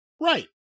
right